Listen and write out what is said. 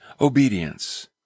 obedience